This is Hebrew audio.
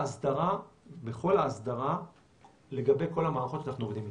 ההסדרה לגבי כל המערכות שאנחנו עובדים איתן.